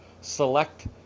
select